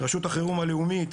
רשות החירום הלאומית,